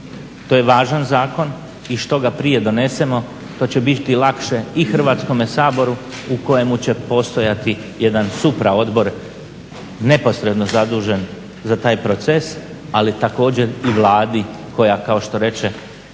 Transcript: To je važan zakon i što ga prije donesemo to će biti lakše i Hrvatskom saboru u kojemu će postojati jedan supraodbor neposredno zadužen za taj proces, ali također i Vladi koja, kao što reče